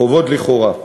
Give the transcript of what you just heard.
חובות לכאורה.